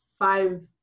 five